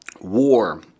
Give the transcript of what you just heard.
war